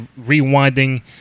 rewinding